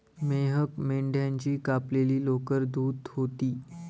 मेहक मेंढ्याची कापलेली लोकर धुत होती